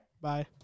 Bye